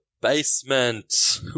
Basement